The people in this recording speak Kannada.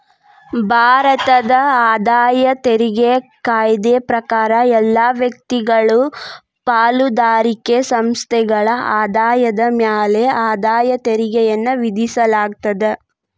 ಭಾರತದ ಆದಾಯ ತೆರಿಗೆ ಕಾಯ್ದೆ ಪ್ರಕಾರ ಎಲ್ಲಾ ವ್ಯಕ್ತಿಗಳು ಪಾಲುದಾರಿಕೆ ಸಂಸ್ಥೆಗಳ ಆದಾಯದ ಮ್ಯಾಲೆ ಆದಾಯ ತೆರಿಗೆಯನ್ನ ವಿಧಿಸಲಾಗ್ತದ